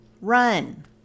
Run